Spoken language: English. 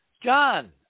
John